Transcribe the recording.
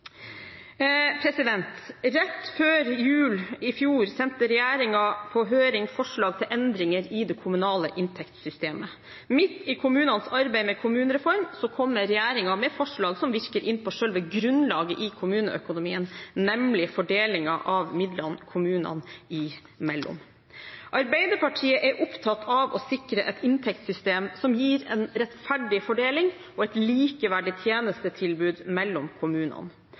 Rett før jul i fjor sendte regjeringen på høring forslag til endringer i det kommunale inntektssystemet. Midt i kommunenes arbeid med kommunereform kommer regjeringen med forslag som virker inn på selve grunnlaget i kommuneøkonomien, nemlig fordelingen av midler kommunene imellom. Arbeiderpartiet er opptatt av å sikre et inntektssystem som gir en rettferdig fordeling og et likeverdig tjenestetilbud mellom kommunene.